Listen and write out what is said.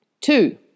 Two